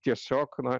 tiesiog na